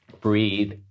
breathe